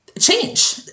change